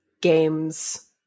games